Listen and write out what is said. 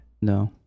No